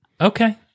Okay